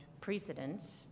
precedent